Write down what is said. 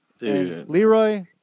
Leroy